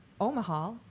Omaha